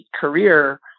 career